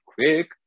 quick